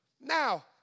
Now